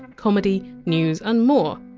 comedy, news and more.